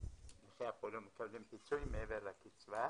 מעבר לקיצבה,